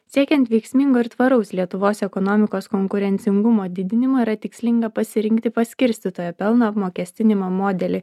siekiant veiksmingo ir tvaraus lietuvos ekonomikos konkurencingumo didinimo yra tikslinga pasirinkti paskirstytojo pelno apmokestinimo modelį